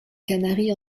canaries